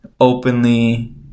openly